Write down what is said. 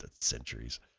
Centuries